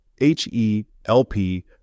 H-E-L-P